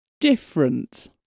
different